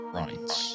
rights